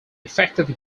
effective